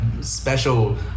special